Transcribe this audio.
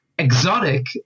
exotic